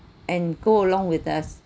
and go along with us